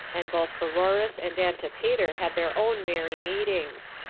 and both ptieroras and antipater had their own merry meetings.